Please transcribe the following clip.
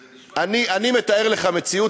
זה נשמע, אני מתאר לך מציאות.